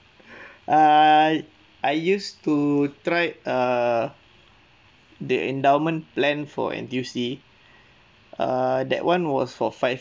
err I used to tried err the endowment plan for N_T_U_C err that one was for five